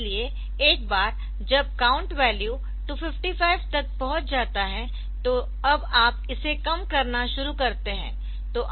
इसलिए एक बार जब काउंट वैल्यू 255 तक पहुंच जाता है तो अब आप इसे कम करना शुरू करते है